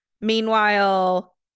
meanwhile